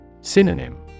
Synonym